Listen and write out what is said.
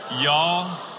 Y'all